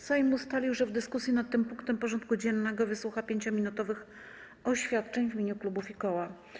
Sejm ustalił, że w dyskusji nad tym punktem porządku dziennego wysłucha 5-minutowych oświadczeń w imieniu klubów i koła.